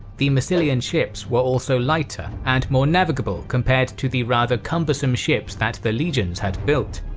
the massilian ships were also lighter and more navigable, compared to the rather cumbersome ships that the legions had built.